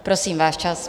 Prosím, váš čas.